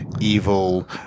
evil